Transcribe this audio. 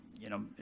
you know,